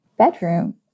bedroom